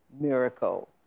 miracle